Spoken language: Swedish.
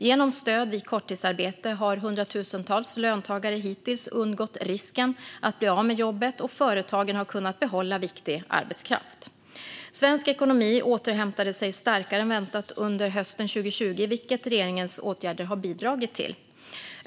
Genom stöd vid korttidsarbete har hundratusentals löntagare hittills undgått risken att bli av med jobbet och företagen kunnat behålla viktig arbetskraft. Svensk ekonomi återhämtade sig starkare än väntat under hösten 2020, vilket regeringens åtgärder bidrog till.